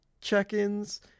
check-ins